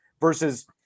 versus